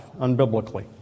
unbiblically